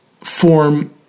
form